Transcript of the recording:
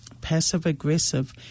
Passive-aggressive